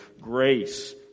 grace